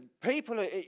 people